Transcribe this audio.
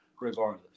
regardless